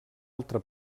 altra